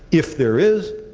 if there is,